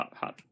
hot